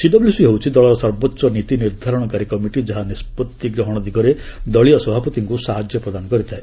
CWC ହେଉଛି ଦଳର ସର୍ବୋଚ୍ଚ ନୀତି ନିର୍ଦ୍ଧାରଣକାରୀ କମିଟି ଯାହା ନିଷ୍କଭି ଗ୍ରହଣ ଦିଗରେ ଦଳୀୟ ସଭାପତିଙ୍କୁ ସାହାଯ୍ୟ ପ୍ରଦାନ କରିଥାଏ